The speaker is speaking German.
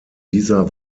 dieser